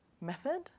method